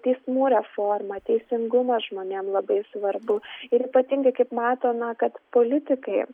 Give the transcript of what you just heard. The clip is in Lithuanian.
teismų reforma teisingumas žmonėms labai svarbu ir ypatingai kaip matome kad politikai